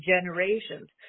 generations